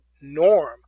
norm